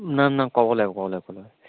না না ক'ব লাগিব ক'ব লাগিব ক'ব লাগিব